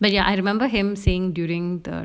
but ya I remember him saying during the